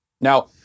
Now